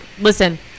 listen